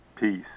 peace